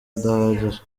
adahagije